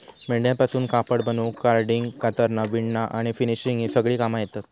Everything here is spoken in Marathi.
मेंढ्यांपासून कापड बनवूक कार्डिंग, कातरना, विणना आणि फिनिशिंग ही सगळी कामा येतत